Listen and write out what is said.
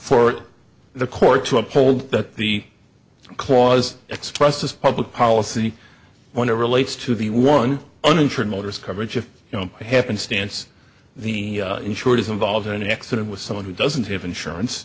for the court to uphold that the clause expressed as public policy when it relates to the one uninsured motorist coverage if you know happenstance the insured is involved in an accident with someone who doesn't have insurance